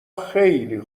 خیلی